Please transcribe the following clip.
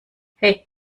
hey